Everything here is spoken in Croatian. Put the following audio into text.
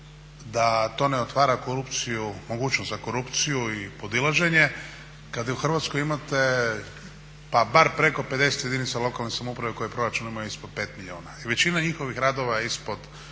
da to ne otvara korupciju, mogućnost za korupciju i podilaženje kad u Hrvatskoj imate pa bar preko 50 jedinica lokalne samouprave koje proračune imaju ispod 5 milijuna i većina njihovih radova je ispod